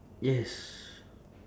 yes